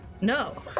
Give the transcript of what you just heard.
no